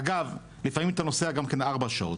אגב לפעמים זה לוקח גם ארבע שעות.